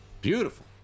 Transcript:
Beautiful